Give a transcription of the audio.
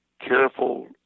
careful